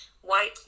white